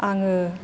आङो